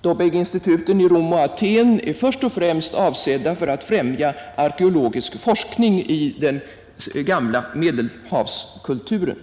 De bägge instituten i Rom och Athen är sålunda först och främst avsedda att främja arkeologisk forskning i den gamla Medelhavskulturen.